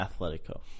Atletico